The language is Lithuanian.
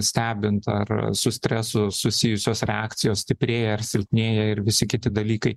stebint ar su stresu susijusios reakcijos stiprėja ar silpnėja ir visi kiti dalykai